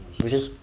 you just